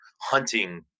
hunting